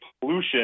pollution